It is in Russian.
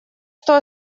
что